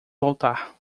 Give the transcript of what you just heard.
voltar